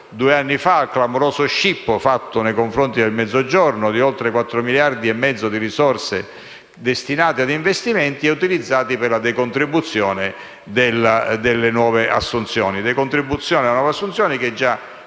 due anni fa ad un clamoroso scippo, perpetrato nei confronti del Mezzogiorno, di oltre 4,5 miliardi di risorse destinati ad investimenti e utilizzati per la decontribuzione delle nuove assunzioni,